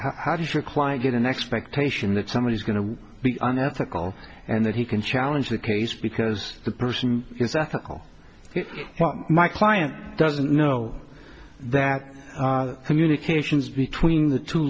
how does your client get an expectation that somebody is going to be unethical and that he can challenge the case because the person is ethical my client doesn't know that communications between the two